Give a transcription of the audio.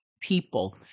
people